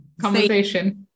conversation